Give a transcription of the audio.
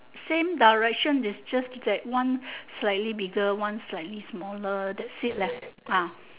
same direction is just that one slightly bigger one slightly smaller that's it leh ah